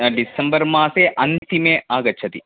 December मासे अन्तिमे आगच्छति